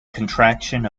contraction